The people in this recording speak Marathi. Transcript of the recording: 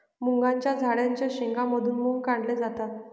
मुगाच्या झाडाच्या शेंगा मधून मुग काढले जातात